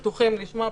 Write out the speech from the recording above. אנחנו פתוחים לשמוע,